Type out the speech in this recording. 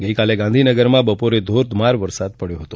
ગઇકાલે ગાંધીનગરમાં બપોરે ધોધમાર વરસાદ પડયો હતો